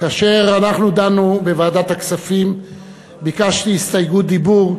כאשר דנו בוועדת הכספים ביקשתי הסתייגות דיבור,